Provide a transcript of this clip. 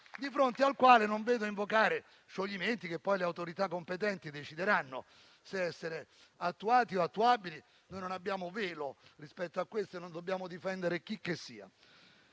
di fronte al quale non vedo invocare scioglimenti, che poi le autorità competenti decideranno se essere attuati o attuabili; noi non abbiamo velo rispetto a questo e non dobbiamo difendere chicchessia.